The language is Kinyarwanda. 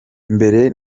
mbere